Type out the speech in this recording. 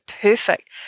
perfect